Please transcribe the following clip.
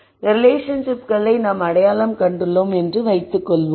எனவே இந்த ரிலேஷன்ஷிப்களை நாம் அடையாளம் கண்டுள்ளோம் என்று வைத்துக் கொள்வோம்